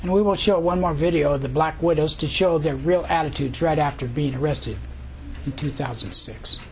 and we will show one more video of the black widows to show their real attitude right after being arrested in two thousand